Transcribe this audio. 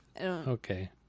Okay